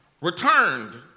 returned